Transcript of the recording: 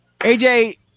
AJ